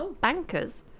bankers